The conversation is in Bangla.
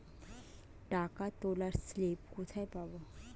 টাকা তোলার স্লিপ কোথায় পাব?